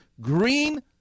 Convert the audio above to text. green